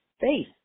face